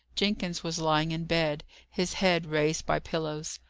jenkins was lying in bed, his head raised by pillows.